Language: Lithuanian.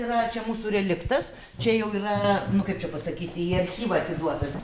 yra čia mūsų reliktas čia jau yra nu kaip čia pasakyti į archyvą atiduotas